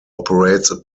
operates